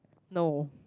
no